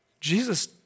Jesus